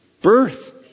Birth